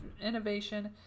innovation